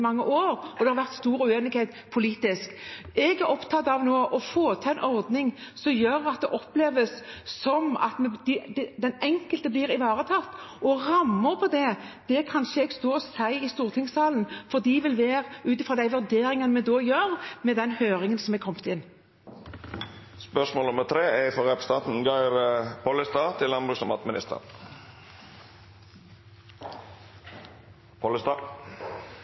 mange år, og det har vært stor uenighet politisk. Jeg er nå opptatt av å få til en ordning som gjør at det oppleves slik at den enkelte blir ivaretatt. Rammen for det kan ikke jeg stå og si i stortingssalen, for det vil være ut fra de vurderingene vi gjør på bakgrunn av høringssvarene som har kommet inn. «Vil statsråden sikre at ingen bønder må gå fra gård og